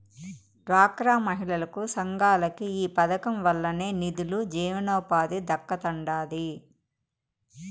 డ్వాక్రా మహిళలకి, సంఘాలకి ఈ పదకం వల్లనే నిదులు, జీవనోపాధి దక్కతండాడి